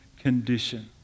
condition